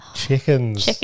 Chickens